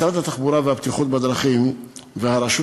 משרד התחבורה והבטיחות בדרכים והרשות